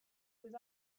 was